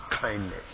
kindness